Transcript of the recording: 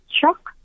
shock